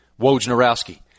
Wojnarowski